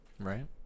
right